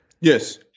Yes